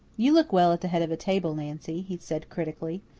you look well at the head of a table, nancy, he said critically.